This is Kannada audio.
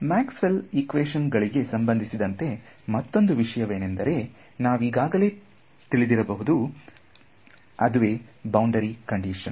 ಮ್ಯಾಕ್ಸ್ವೆಲ್ ಇಕ್ವೇಶನ್ ಗಳಿಗೆ ಸಂಬಂಧಿಸಿದಂತೆ ಮತ್ತೊಂದು ವಿಷಯವೇನೆಂದರೆ ನೀವೀಗಾಗಲೇ ತಳೆದಿರಬಹುದು ಅದುವೇ ಬೌಂಡರಿ ಕಂಡೀಶನ್